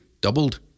doubled